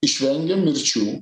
išvengėm mirčių